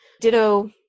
Ditto